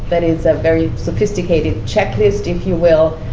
but is a very sophisticated checklist, if you will.